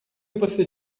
você